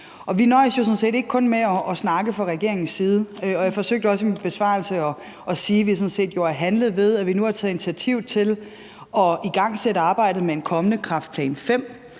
Vi nøjes jo ikke kun med at snakke fra regeringens side. Jeg forsøgte også i min besvarelse at sige, at vi sådan set har handlet, ved at vi nu har taget initiativ til at igangsætte arbejdet med den kommende Kræftplan V.